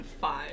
five